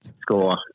score